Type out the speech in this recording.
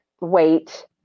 Wait